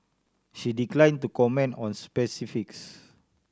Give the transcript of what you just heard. she declined to comment on specifics